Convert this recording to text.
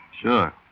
Sure